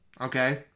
okay